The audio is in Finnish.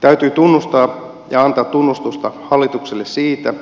täytyy tunnustaa ja antaa tunnustusta hallitukselle siitä